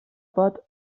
pot